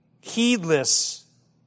heedless